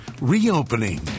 reopening